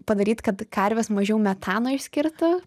padaryt kad karvės mažiau metano išskirtų